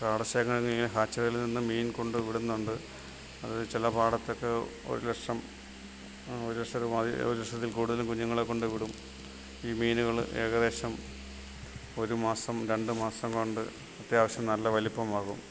പാടശേഖരണ ഹാക്ച്ചറികളിൽ നിന്നും മീൻ കൊണ്ടു വിടുന്നുണ്ട് അത് ചില പാടത്തൊക്കെ ഒരു ലക്ഷം ഒരു ലക്ഷത്തിൽ പാതി ഒരു ലക്ഷത്തിൽ കൂടുതൽ കുഞ്ഞുങ്ങളെ കൊണ്ടു വിടും ഈ മീനുകൾ ഏകദേശം ഒരു മാസം രണ്ട് മാസം കൊണ്ട് അത്യാവശ്യം നല്ല വലിപ്പമാകും